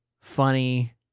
funny